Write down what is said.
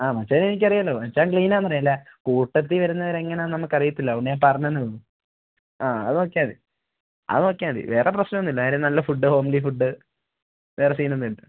ആഹ് മച്ചാനെ എനിക്കറിയാമല്ലോ മച്ചാൻ ക്ലീൻ ആണെന്ന് അറിയാം അല്ല കൂട്ടത്തിൽ വരുന്നവർ എങ്ങനെയാണെന്ന് നമുക്ക് അറിയത്തില്ല അതുകൊണ്ട് പറഞ്ഞെന്നേ ഉള്ളൂ ആഹ് അത് നോക്കിയാൽ മതി അത് നോക്കിയാൽ മതി വേറെ പ്രശ്നമൊന്നും ഇല്ല കാര്യം നല്ല ഫുഡ് ഹോംലി ഫുഡ് വേറെ സീൻ ഒന്നും ഇല്ല